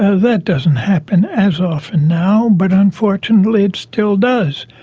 that doesn't happen as often now, but unfortunately it still does.